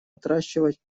отращивать